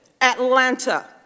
Atlanta